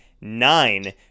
nine